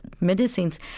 medicines